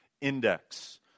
Index